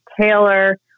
Taylor